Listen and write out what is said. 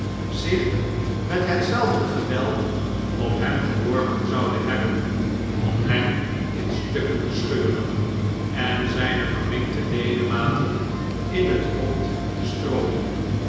zich met hetzelfde geweld op hem geworpen zouden hebben om hem in stukken te scheuren en zjjne vevminkte ledematen in het rond te strooien